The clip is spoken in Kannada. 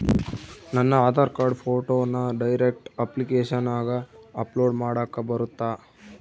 ನನ್ನ ಆಧಾರ್ ಕಾರ್ಡ್ ಫೋಟೋನ ಡೈರೆಕ್ಟ್ ಅಪ್ಲಿಕೇಶನಗ ಅಪ್ಲೋಡ್ ಮಾಡಾಕ ಬರುತ್ತಾ?